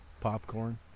popcorn